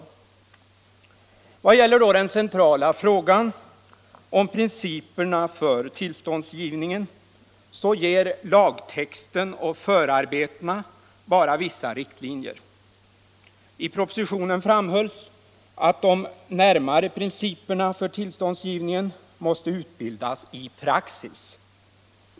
När det gäller den centrala frågan om principerna för tillståndsgivningen ger lagtexten och förarbetena bara vissa riktlinjer. I propositionen framhölls att de närmare principerna för tillståndsgivningen måste utbildas i praxis.